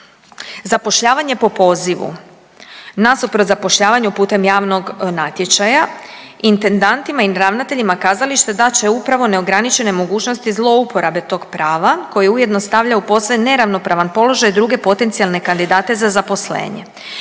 zapošljavanje po pozivu nasuprot zapošljavanju putem javnog natječaja intendantima i ravnateljima kazališta dat će upravo neograničene mogućnosti zlouporabe tog prava koji ujedno stavlja u posve neravnopravan položaj druge potencijalne kandidate za zaposlenje.